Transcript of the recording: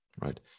right